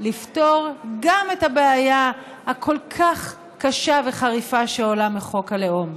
לפתור גם את הבעיה הכל-כך קשה וחריפה שעולה מחוק הלאום.